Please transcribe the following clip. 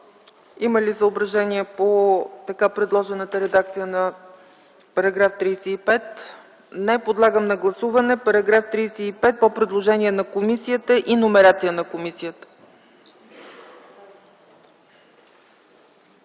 Има ли съображения по така предложената редакция на § 35? Няма. Подлагам на гласуване § 35 по предложение на комисията и номерация на комисията.